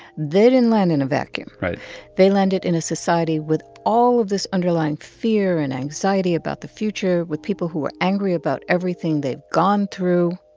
they didn't land in a vacuum right they landed in a society with all of this underlying fear and anxiety about the future, with people who were angry about everything they've gone through.